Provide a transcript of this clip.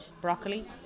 Broccoli